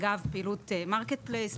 אגב פעילות Market Place,